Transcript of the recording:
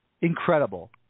Incredible